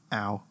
ow